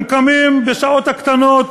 הם קמים בשעות הקטנות